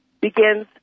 Begins